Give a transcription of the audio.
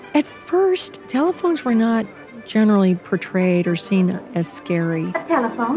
at first, telephones were not generally portrayed or seen as scary a telephone